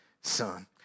son